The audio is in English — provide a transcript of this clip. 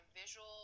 visual